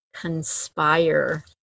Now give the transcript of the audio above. conspire